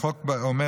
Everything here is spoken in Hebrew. החוק אומר